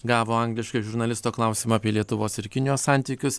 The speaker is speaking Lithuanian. gavo angliškai žurnalisto klausimą apie lietuvos ir kinijos santykius